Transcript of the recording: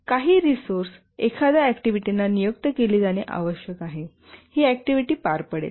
काही रिसोर्स एखाद्या ऍक्टिव्हिटीना नियुक्त केली जाणे आवश्यक आहे ही ऍक्टिव्हिटी पार पाडेल